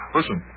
Listen